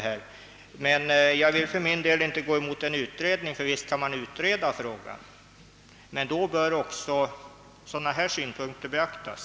För min del vill jag inte gå emot en utredning — visst kan man utreda frågan — men då bör också dessa synpunkter beaktas.